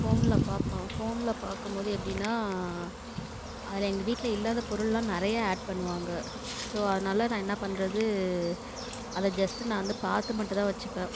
ஃபோனில் பார்ப்பேன் ஃபோனில் பார்க்கும் போது எப்படினா அதில் எங்கள் வீட்டில் இல்லாத பொருள்லாம் நிறையா ஆட் பண்ணுவாங்க ஸோ அதனால நான் என்ன பண்ணுறது அதை ஜஸ்ட்டு நான் வந்து பார்த்து மட்டுந்தான் வச்சுப்பேன்